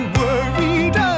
worried